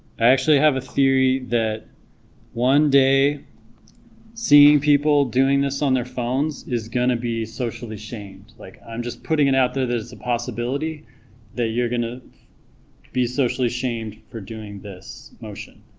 actually have a theory that one day seeing people doing this on their phones is gonna be socially shamed like i'm just putting it out there that it's a possibility that you're gonna be socially shamed for doing this motion